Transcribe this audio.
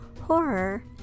horror